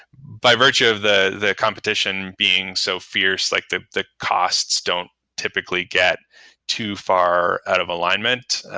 by virtue of the the competition being so fierce, like the the costs don't typically get too far out of alignment,